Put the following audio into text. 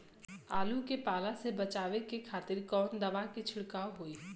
आलू के पाला से बचावे के खातिर कवन दवा के छिड़काव होई?